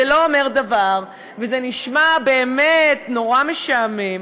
זה לא אומר דבר וזה נשמע באמת נורא משעמם.